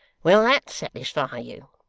will that satisfy you